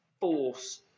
force